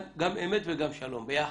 גם אמת וגם שלום ביחד.